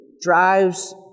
drives